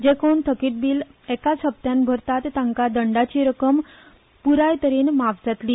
जे कोण थकीत बील एकाच हप्तान भरतात तांका दंडाची रक्कम प्राय तरेन माफ जातली